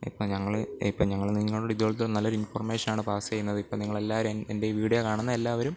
ഇപ്പം ഞങ്ങൾ ഇപ്പം ഞങ്ങൾ നിങ്ങളോട് ഇതുപോലത്തെ നല്ല ഒരു ഇൻഫോർമേഷൻ ആണ് പാസ് ചെയ്യുന്നത് ഇപ്പം നിങ്ങൾ എല്ലാവരും എൻ്റെ ഈ വീഡിയോ കാണുന്ന എല്ലാവരും